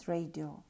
Radio